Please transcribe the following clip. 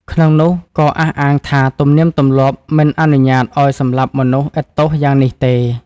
ក្នុងនោះក៏អះអាងថាទំនៀមទម្លាប់មិនអនុញ្ញាត្តិឱ្យសម្លាប់មនុស្សឥតទោសយ៉ាងនេះទេ។